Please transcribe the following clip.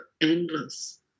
endless